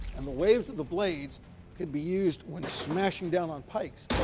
and the waves of the blades could be used when smashing down on pikes.